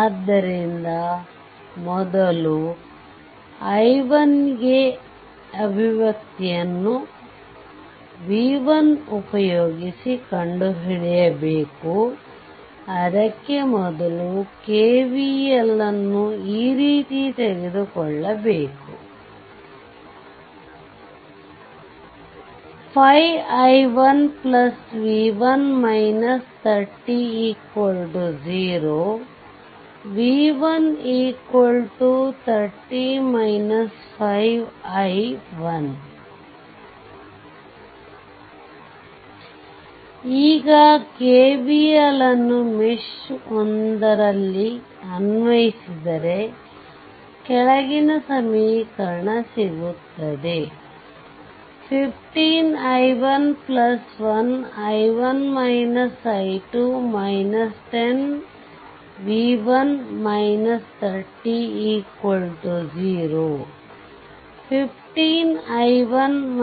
ಆದ್ದರಿಂದ ಮೊದಲು i1 ಅಭಿವ್ಯಕ್ತಿಯನ್ನು v1 ಉಪಯೋಗಿಸಿ ಕಂಡುಹಿಡಿಯಬೇಕು ಅದಕ್ಕೆ ಮೊದಲು KVL ಅನ್ನು ಈ ರೀತಿ ತೆಗೆದುಕೊಳ್ಳಬೇಕು 5 i1 v1 300 v1 30 5 i1 ಈಗ KVL ಅನ್ನು ಮೆಶ್ ಒಂದರಲ್ಲಿ ಅನ್ವಯಿಸದರೆ ಕೆಳಗಿನ ಸಮೀಕರಣ ಸಿಗುತ್ತದೆ 15i11 10v1 300 15i1 i2